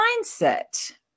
mindset